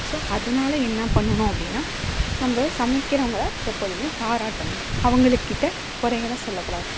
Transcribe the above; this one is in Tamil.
ஸோ அதனாலே என்ன பண்ணணும் அப்படின்னா நம்ப சமைக்கிறவங்களை எப்போதுமே பாராட்டணும் அவங்களுக்கிட்ட குறைகள சொல்லக்கூடாது